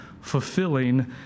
fulfilling